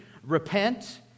repent